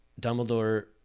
Dumbledore